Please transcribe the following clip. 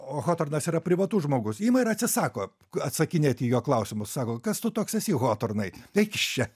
hotornas yra privatus žmogus ima ir atsisako atsakinėt į jo klausimus sako kas tu toks esi hotornai eik iš čia